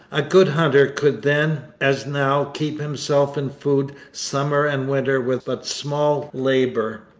a good hunter could then, as now, keep himself in food summer and winter with but small labour.